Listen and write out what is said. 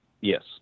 Yes